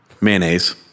Mayonnaise